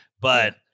But-